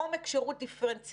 עומק שירות דיפרנציאלי,